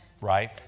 right